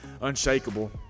unshakable